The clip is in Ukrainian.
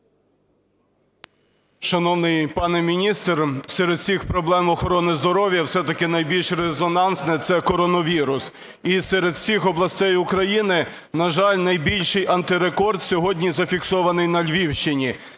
Шановний пане міністр, серед всіх проблем охорони здоров'я все-таки найбільш резонансне – це коронавірус. І серед всіх областей України, на жаль, найбільший антирекорд сьогодні зафіксований на Львівщині,